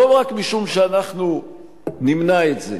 לא רק משום שאנחנו נמנע את זה,